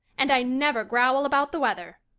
and i never growl about the weather.